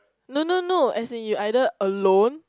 no no no as in you either alone